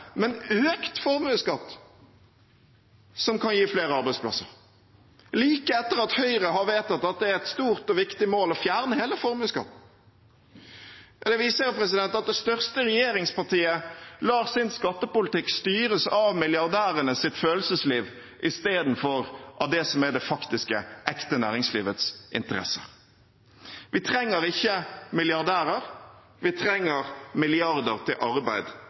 men økt formuesskatt som kan gi flere arbeidsplasser – like etter at Høyre har vedtatt at det er et stort og viktig mål å fjerne hele formuesskatten. Dette viser jo at det største regjeringspartiet lar sin skattepolitikk styres av milliardærenes følelsesliv i stedet for det som er det ekte næringslivets faktiske interesser. Vi trenger ikke milliardærer, vi trenger milliarder til arbeid